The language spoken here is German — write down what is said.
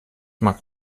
mag